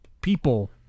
people